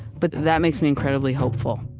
but that makes me incredibly hopeful